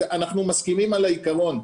הוא יכול לקבל את זה רק באוטובוס המונגש.